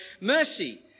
mercy